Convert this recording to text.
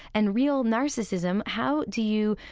and real narcissism, how do you,